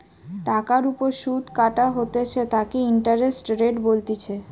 টাকার ওপর সুধ কাটা হইতেছে তাকে ইন্টারেস্ট রেট বলতিছে